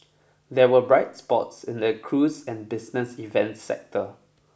there were bright spots in the cruise and business events sectors